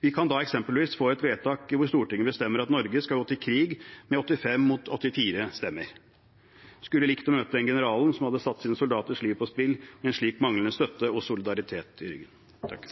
Vi kan da eksempelvis få et vedtak hvor Stortinget med 85 mot 84 stemmer bestemmer at Norge skal gå til krig. Jeg skulle likt å møte den generalen som hadde satt sine soldaters liv på spill med en slik manglende støtte og solidaritet i ryggen.